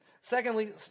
Secondly